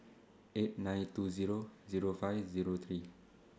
eight nine two Zero Zero five Zero three